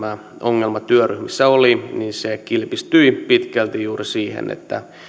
ongelma työryhmissä oli se kilpistyi pitkälti juuri siihen että